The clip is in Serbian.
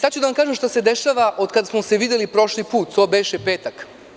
Sada ću da vam kažem šta se dešava od kada smo se videli prošli put, to beše petak.